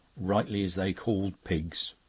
rightly is they called pigs.